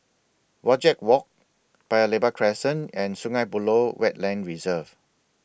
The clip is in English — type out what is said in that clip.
Wajek Walk Paya Lebar Crescent and Sungei Buloh Wetland Reserve